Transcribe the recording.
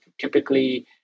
typically